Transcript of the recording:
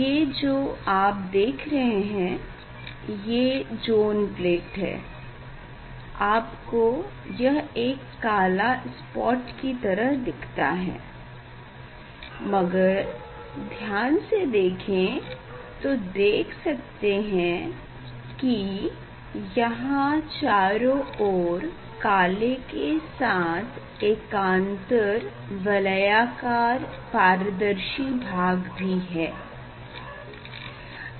ये जो आप देख रहे हैं ये ज़ोन प्लेट है आपको यह एक काला स्पॉट की तरह दिखता है मगर ध्यान से देखें तो देख सकते हैं की यहाँ चारों ओर काले के साथ एकांतर वलयकार पारदर्शी भाग भी है